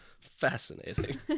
fascinating